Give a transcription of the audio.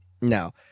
No